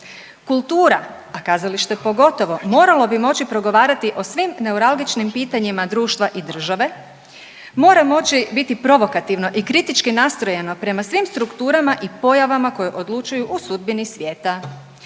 Kultura, a kazalište pogotovo moralo bi moći progovarati o svim neuralgičnim pitanjima društva i države, mora moći biti provokativno i kritički nastrojeno prema svim strukturama i pojavama koje odlučuju o sudbini svijeta.